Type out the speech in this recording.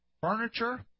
Furniture